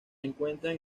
encuentran